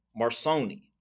Marsoni